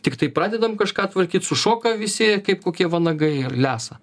tiktai pradedam kažką tvarkyt sušoka visi kaip kokie vanagai ir lesa